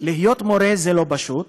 להיות מורה זה לא פשוט,